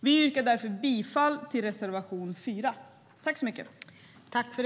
Vi yrkar därför bifall till reservation 4.